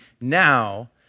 now